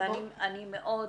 אני מאוד מבקשת,